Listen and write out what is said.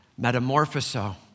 metamorphoso